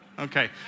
Okay